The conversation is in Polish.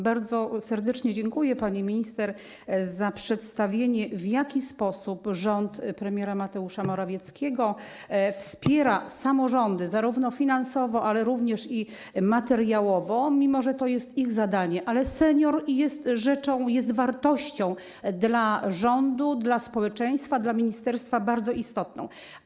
Bardzo serdecznie dziękuję pani minister za przedstawienie, w jaki sposób rząd premiera Mateusza Morawieckiego wspiera samorządy, zarówno finansowo, jak i materiałowo, mimo że to jest ich zadanie, ale senior jest rzeczą, jest wartością dla rządu, dla społeczeństwa, dla ministerstwa bardzo istotną.